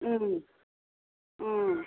अ